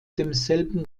demselben